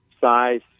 size